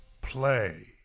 play